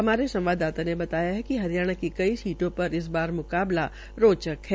हमारे संवाददाता ने बताया कि हरियाणा की कई सीटों पर इस बार मुकाबला रोचक है